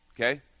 okay